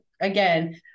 again